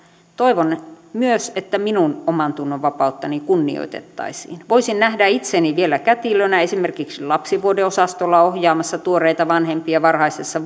toivon myös että minun omantunnonvapauttani kunnioitettaisiin voisin nähdä itseni vielä kätilönä esimerkiksi lapsivuodeosastolla ohjaamassa tuoreita vanhempia varhaisessa